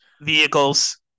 Vehicles